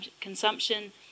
consumption